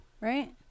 right